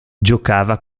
giocava